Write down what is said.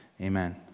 amen